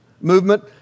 movement